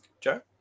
Joe